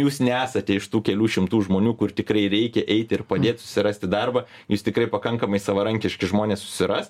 jūs nesate iš tų kelių šimtų žmonių kur tikrai reikia eiti ir padėt susirasti darbą jus tikrai pakankamai savarankiški žmonės susiras